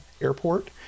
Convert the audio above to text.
airport